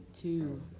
two